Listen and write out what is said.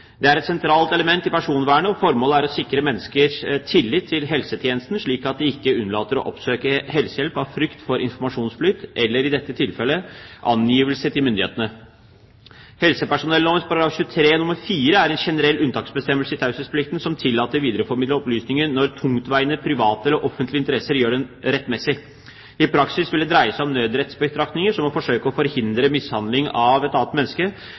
er et sentralt element i personvernet og formålet er å sikre menneskers tillit til helsetjenesten slik at de ikke unnlater å oppsøke helsehjelp av frykt for informasjonsflyt, eller i dette tilfellet, angivelse til myndighetene. Helsepersonellovens §23 nr 4 er en generell unntaksbestemmelse fra taushetsplikten som tillater videreformidling av opplysninger når «tungtveiende private eller offentlige interesser gjør det rettmessig». I praksis vil det dreie seg om nødrettsbetraktninger som å forsøke å forhindre mishandling av et annet menneske,